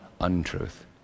untruth